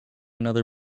another